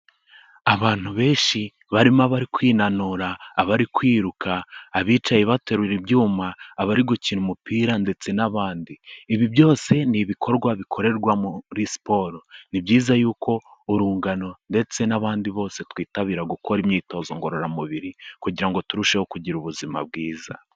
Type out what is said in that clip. Abantu benshi barimo abari kwinanura, abari kwiruka, abicaye baterura ibyuma, abari gukina umupira, ndetse n'abandi. Ibi byose ni ibikorwa bikorerwa muri siporo. Ni byiza yuko urungano ndetse n'abandi bose twitabira gukora imyitozo ngororamubiri, kugira ngo turusheho kugira ubuzima bwiza.